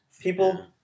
people